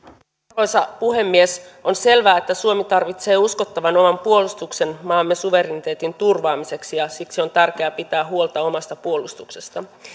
arvoisa puhemies on selvää että suomi tarvitsee uskottavan oman puolustuksen maamme suvereniteetin turvaamiseksi ja siksi on tärkeää pitää huolta omasta puolustuksesta